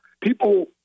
people